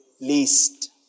least